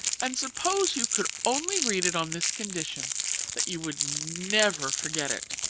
and suppose you could only read it on this condition that you would never forget it,